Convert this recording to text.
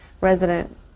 resident